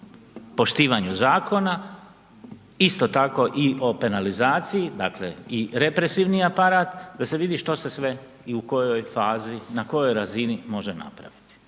poštivanju zakona, isto tako i o penalizaciji dakle i represivni aparat da se vidi što se sve i u kojoj fazi i na kojoj razini može napraviti.